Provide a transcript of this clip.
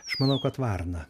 aš manau kad varna